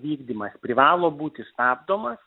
vykdymas privalo būti stabdomas